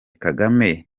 kagame